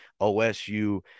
OSU